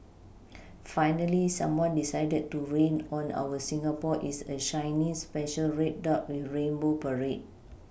finally someone decided to rain on our Singapore is a shiny special red dot with rainbow parade